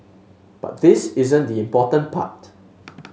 but this isn't the important part